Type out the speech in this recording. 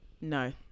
no